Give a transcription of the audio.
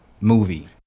movie